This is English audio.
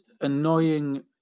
annoying